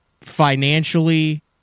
financially